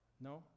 No